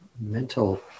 mental